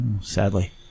sadly